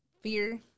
fear